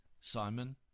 Simon